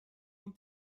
این